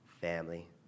family